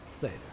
Later